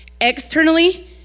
externally